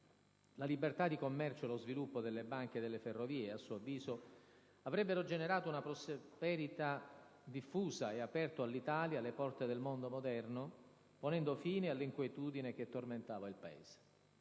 La libertà di commercio e lo sviluppo delle banche e delle ferrovie, a suo avviso, avrebbero generato una prosperità diffusa e aperto all'Italia le porte del mondo moderno, ponendo fine all'inquietudine che tormentava il Paese.